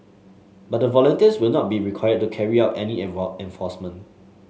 but the volunteers will not be required to carry out any involve enforcement